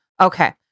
Okay